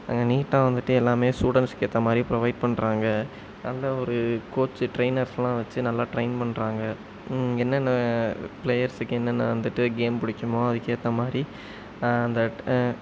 அங்கே நீட்டாக வந்துவிட்டு எல்லாம் ஸ்டூடண்ட்ஸுக்கு ஏற்ற மாதிரி ப்ரொவைட் பண்ணுறாங்க நல்ல ஒரு கோச்சு டிரைனர்ஸ்லாம் வச்சு நல்லா டிரைன் பண்ணுறாங்க என்னென்ன பிளேயர்ஸுக்கு என்னென்ன வந்துவிட்டு கேம் பிடிக்குமோ அதுக்கேற்ற மாதிரி அந்த